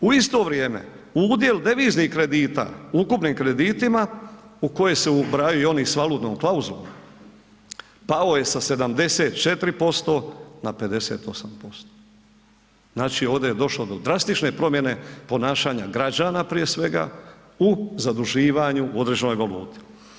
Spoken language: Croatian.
U isto vrijeme udjel deviznih kredita u ukupnim kreditima u koje se ubrajaju i oni s valutnom klauzulom pao je sa 74% na 58%. znači ovdje je došlo do drastične promjene ponašanja građana prije svega u zaduživanju u određenoj valuti.